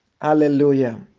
hallelujah